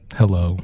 hello